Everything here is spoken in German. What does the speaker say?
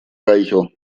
reicher